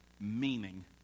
meaning